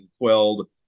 quelled